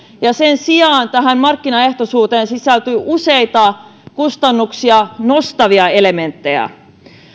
sen sijaan tähän markkinaehtoisuuteen sisältyy useita kustannuksia nostavia elementtejä